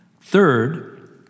Third